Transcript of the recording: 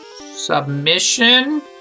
submission